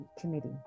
Committee